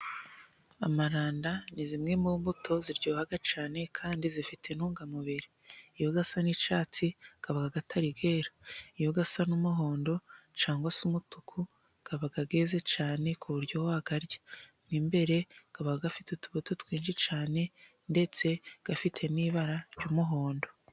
Amaranda ni zimwe mu mbuto ziryoha cyane, kandi zifite intungamubiri, iyo asa n'icyatsi aba atari yera, iyo asa n'umuhondo cyangwa se umutuku aba yeze cyane ku buryo wayarya, mo imbere aba afite utubuto twinshi cyane, ndetse afite n'ibara ry'umuhondo.